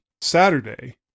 Saturday